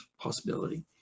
possibility